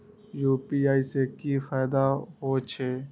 UPI से की फायदा हो छे?